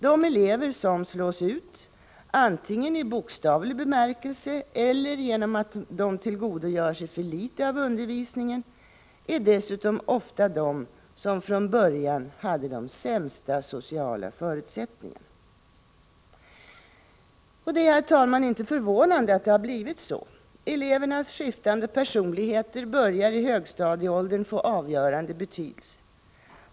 De elever som slås ut — antingen i bokstavlig bemärkelse eller genom att de tillgodogör sig för litet av undervisningen — är dessutom ofta de som från början hade de sämsta sociala förutsättningarna. Det är, herr talman, inte förvånande att det har blivit så. Elevernas skiftande personligheter börjar i högstadieåldern få avgörande betydelse.